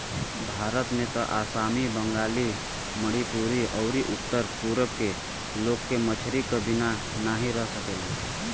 भारत में त आसामी, बंगाली, मणिपुरी अउरी उत्तर पूरब के लोग के मछरी क बिना नाही रह सकेलन